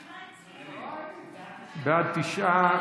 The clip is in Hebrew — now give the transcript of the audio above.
תשעה,